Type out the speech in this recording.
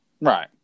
right